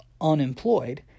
unemployed